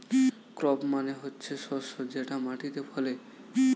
crop মানে হচ্ছে শস্য যেটা মাটিতে ফলে